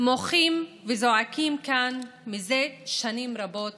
מוחים וזועקים כאן מזה שנים רבות